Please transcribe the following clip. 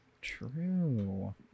True